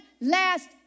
last